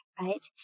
Right